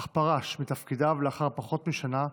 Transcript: אך פרש תפקידיו לאחר פחות משנה,